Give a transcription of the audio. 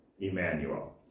Emmanuel